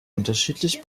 unterschiedlich